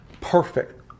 perfect